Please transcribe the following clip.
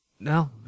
No